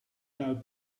out